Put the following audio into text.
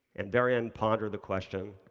and varian pondered the question,